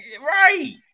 right